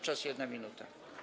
Czas - 1 minuta.